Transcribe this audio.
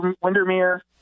Windermere